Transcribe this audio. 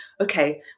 Okay